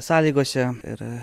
sąlygose ir